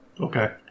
Okay